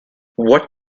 what